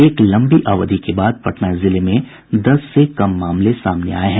एक लंबी अवधि के बाद पटना जिले में दस से कम मामले सामने आये हैं